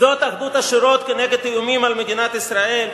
זאת אחדות השורות כנגד איומים על מדינת ישראל?